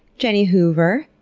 jenni hoover,